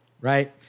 Right